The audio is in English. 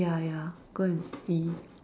ya ya go and see